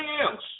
else